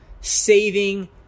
saving